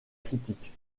critique